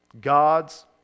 God's